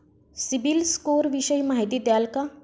CIBIL score विषयी माहिती द्याल का?